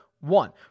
One